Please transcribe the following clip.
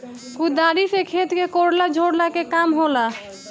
कुदारी से खेत के कोड़ला झोरला के काम होला